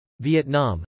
Vietnam